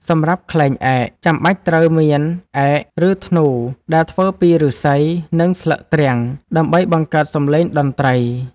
សម្រាប់ខ្លែងឯក ចាំបាច់ត្រូវមាន ឯក ឬធ្នូ ដែលធ្វើពីឫស្សី និងស្លឹកទ្រាំង ដើម្បីបង្កើតសំឡេងតន្ត្រី។